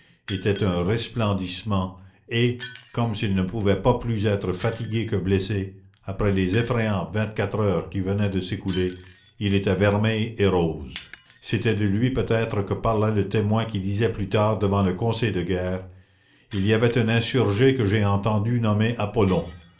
était un resplendissement et comme s'il ne pouvait pas plus être fatigué que blessé après les effrayantes vingt-quatre heures qui venaient de s'écouler il était vermeil et rose c'était de lui peut-être que parlait le témoin qui disait plus tard devant le conseil de guerre il y avait un insurgé que j'ai entendu nommer apollon